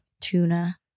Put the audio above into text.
tuna